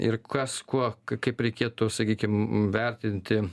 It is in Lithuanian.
ir kas kuo kaip reikėtų sakykim vertinti